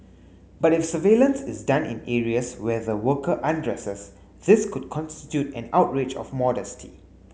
but if surveillance is done in areas where the worker undresses this could constitute an outrage of modesty